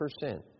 percent